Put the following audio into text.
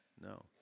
no